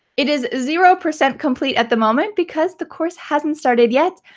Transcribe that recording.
it is zero percent complete at the moment because the course hasn't started yet.